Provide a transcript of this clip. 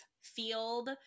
field